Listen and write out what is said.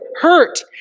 hurt